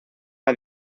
una